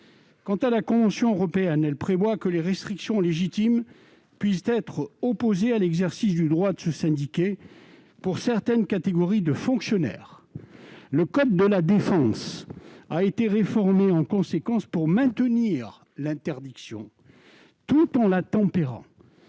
Et la Convention européenne prévoit que des restrictions légitimes puissent être opposées à l'exercice du droit de se syndiquer pour certaines catégories de fonctionnaires. Le code de la défense a été réformé en conséquence pour maintenir cette interdiction tout en la tempérant.